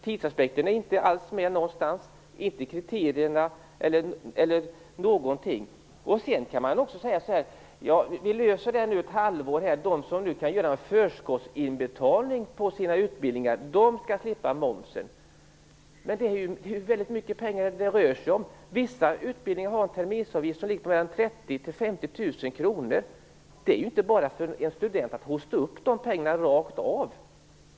Tidsaspekten är inte med någonstans, inte heller kriterierna. Man säger också att man löser det här för ett halvår genom att de som kan göra en förskottsinbetalning för sin utbildning slipper momsen. Men det rör sig ju om väldigt mycket pengar. Vissa utbildningar har en terminsavgift som är mellan 30 000 och 50 000 kr. För en student är det inte bara att hosta upp de pengarna.